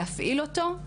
להפעיל אותו,